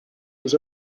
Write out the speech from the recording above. was